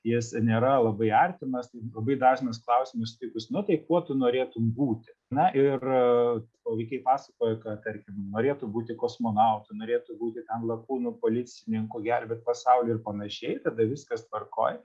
jis nėra labai artimas tai labai dažnas klausimas tai bus nu tai kuo tu norėtum būti na ir o vaikai pasakoja kad tarkim norėtų būti kosmonautu norėtų būti ten lakūnu policininku gelbėt pasaulį ir pan tada viskas tvarkoj